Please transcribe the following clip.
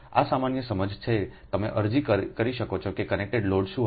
આ સામાન્ય સમજ છે તમે અરજી કરી શકો છો કે કનેક્ટેડ લોડ શું હશે